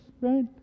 Right